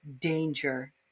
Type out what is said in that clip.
danger